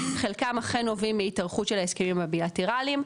חלקם אכן נובעים מההתארכות של ההסכמים הבילטרליים,